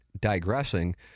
digressing